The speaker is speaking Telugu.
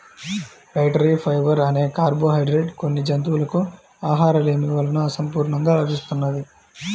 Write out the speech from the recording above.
డైటరీ ఫైబర్ అనే కార్బోహైడ్రేట్ కొన్ని జంతువులకు ఆహారలేమి వలన అసంపూర్ణంగా లభిస్తున్నది